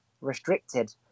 restricted